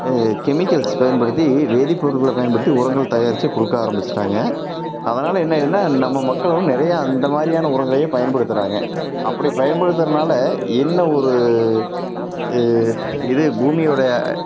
chemicals பயன்படுத்தி வேதிப்பொருள்களை பயன்படுத்தி உரங்கள் தயாரித்து கொடுக்க ஆரமிச்சுட்டாங்க அதனால் என்ன ஆயிடுதுன்னா நம்ம மக்களை விட நிறையா அந்த மாரியான உரங்களையே பயன்படுத்துகிறாங்க அப்படி பயன்படுத்துறதுனால என்ன ஒரு இது பூமியோட